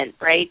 right